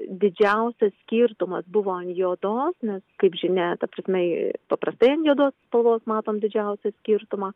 didžiausias skirtumas buvo ant juodos nes kaip žinia ta prasme ji paprastai ant juodos spalvos matom didžiausią skirtumą